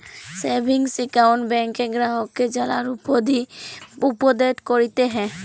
savings account ব্যাংকে গ্রাহককে জালার পদ্ধতি উপদেট ক্যরতে হ্যয়